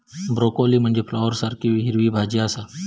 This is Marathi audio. ब्रोकोली म्हनजे फ्लॉवरसारखी हिरवी भाजी आसा